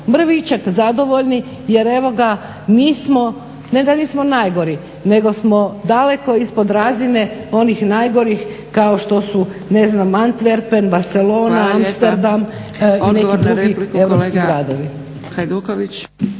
mrvičak zadovoljni jer evo ga mi smo ne da nismo najgori nego smo daleko ispod razine onih najgorih kao što su ne znam Antwerpen, Barcelona, Amsterdam i neki drugi europski gradovi.